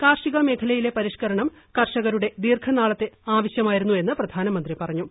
കാർഷിക മേഖലയിലെ പരിഷ്ക്കരണം കർഷകരുടെ ദീർഘനാളത്തെ ആവശ്യമായിരുന്നുവെന്ന് പ്രധാനമന്ത്രി പറഞ്ഞു